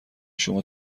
شما